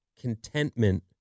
contentment